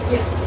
Yes